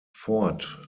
fort